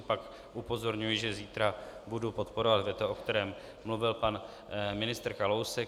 Pak upozorňuji, že zítra budu podporovat veto, o kterém mluvil pan Kalousek.